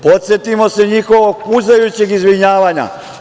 Podsetimo se njihovog puzajućeg izvinjavanja.